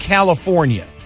California